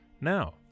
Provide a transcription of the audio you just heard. Now